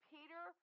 Peter